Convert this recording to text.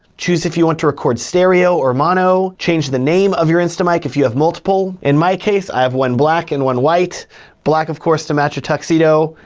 choose if you want to record stereo or mono, change the name of your instamic if you have multiple. in my case, i have one black and one white black of course to match a tuxedo,